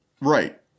Right